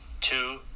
two